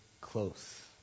close